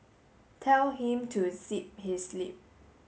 tell him to zip his lip